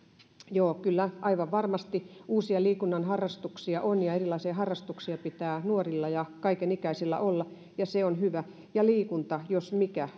joo kyllä aivan varmasti uusia liikuntaharrastuksia on ja erilaisia harrastuksia pitää nuorilla ja kaikenikäisillä olla se on hyvä liikunta jos mikä